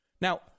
Now